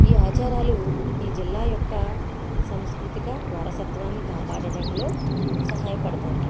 ఈ ఆచారాలు ఈ జిల్లా యొక్క సాంస్కృతిక వారసత్వాన్ని కాపాడడంలో సహాయపడతాయి